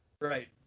Right